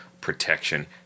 protection